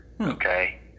okay